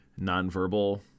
nonverbal